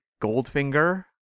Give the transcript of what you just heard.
Goldfinger